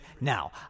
Now